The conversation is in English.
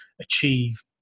achieve